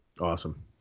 Awesome